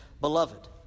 Beloved